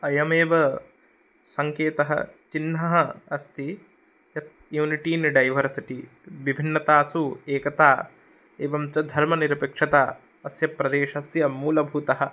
अयमेव सङ्केतः चिह्नम् अस्ति यत् युनिटि इन् डैवर्सिटि विभिन्नतासु एकता एवं च धर्मनिरपेक्षता अस्य प्रदेशस्य मूलभूतः